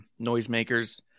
Noisemakers